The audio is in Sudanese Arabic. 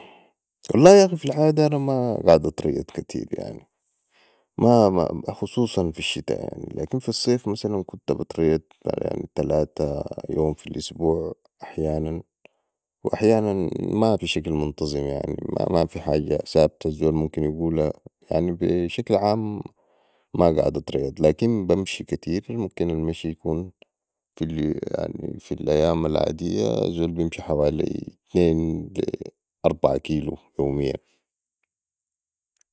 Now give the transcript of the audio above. والله ياخ في العاده أنا ما قعد اتريض كتير يعني خصوصاً في الشتاء لكن في الصيف كنت بتريض مابين تلاته يوم في الأسبوع احيانا واحيانا مابشكل منتظم يعني مافي حاجه ثابته الزول ممكن يقولا يعني بشكل عام ما قعد اتريض لكن بمشي كتير يمكن المشي يكون في الأيام العاديه الزول بمشي حوالي اتنين لي اربعه كيلو يومياً